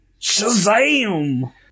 Shazam